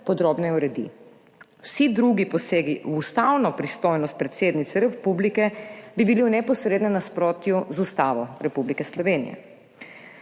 podrobneje uredi. Vsi drugi posegi v ustavno pristojnost predsednice republike bi bili v neposrednem nasprotju z Ustavo Republike Slovenije.